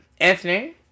Anthony